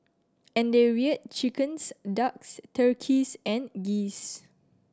and they reared chickens ducks turkeys and geese